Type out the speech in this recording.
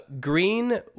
green